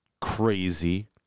crazy